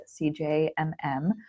CJMM